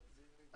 נכון.